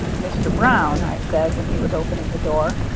mr. brown i said, when he was opening the door,